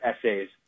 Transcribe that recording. essays